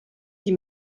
die